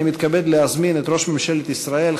אני מתכבד להזמין את ראש ממשלת ישראל,